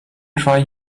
try